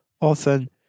Often